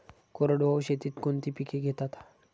कोरडवाहू शेतीत कोणती पिके घेतात?